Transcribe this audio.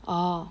orh